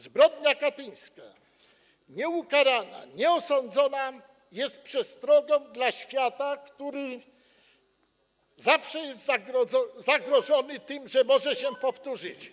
Zbrodnia katyńska nieukarana, nieosądzona jest przestrogą dla świata, który zawsze jest zagrożony tym, że coś takiego może się powtórzyć.